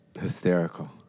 Hysterical